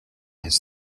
his